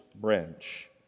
branch